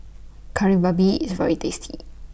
Kari Babi IS very tasty